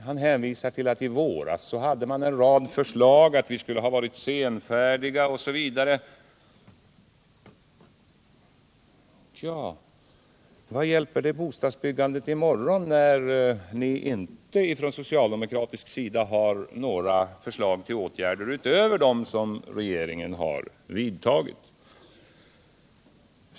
Han hänvisar till att socialdemokraterna i våras lade fram en rad förslag, han säger att vi skulle ha varit senfärdiga osv. Men vad hjälper det bostadsbyggandet i morgon när ni socialdemokrater inte har några förslag till åtgärder utöver dem som regeringen har vidtagit?